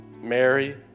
Mary